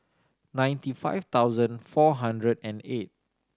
ninety five thousand four hundred and eight